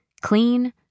clean